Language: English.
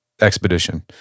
expedition